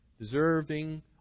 deserving